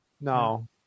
No